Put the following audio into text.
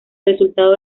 resultado